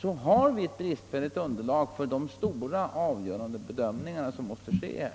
har vi ett bristfälligt underlag för de bedömningar som skall göras och de avgöranden som skall träffas.